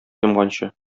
йомганчы